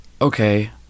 okay